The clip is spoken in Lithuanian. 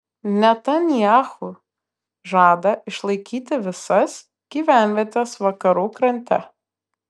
netanyahu žada išlaikyti visas gyvenvietes vakarų krante